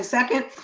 second.